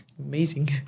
amazing